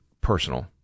personal